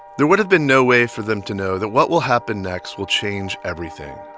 there would've been no way for them to know that what will happen next will change everything,